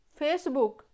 Facebook